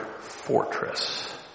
fortress